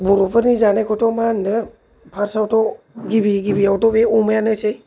बर'फोरनि जानायखौथ' मा होननो फार्सावथ' गिबि गिबियावथ' बे अमायानोसै